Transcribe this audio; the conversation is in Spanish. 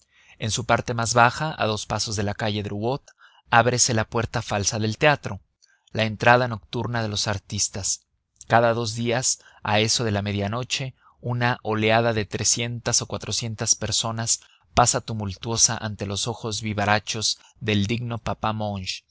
en su parte más baja a dos pasos de la calle drouot ábrese la puerta falsa del teatro la entrada nocturna de los artistas cada dos días a eso de la media noche una oleada de trescientas o cuatrocientas personas pasa tumultuosa ante los ojos vivarachos del digno papá monge